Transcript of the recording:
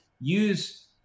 use